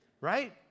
right